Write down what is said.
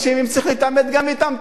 אם צריך להתעמת, גם מתעמתים.